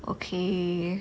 okay